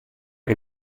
che